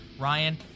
Ryan